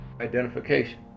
identification